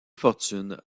fortune